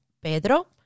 Pedro